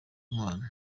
inkwano